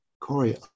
Corey